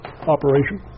operation